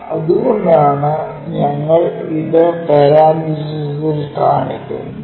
അതുകൊണ്ടാണ് ഞങ്ങൾ ഇത് പരാൻതീസിസിൽ കാണിക്കുന്നത്